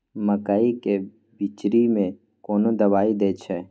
मकई के बिचरी में कोन दवाई दे छै?